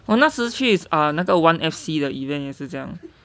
我那时去那个 one F_C 的 event 也是这样